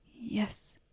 Yes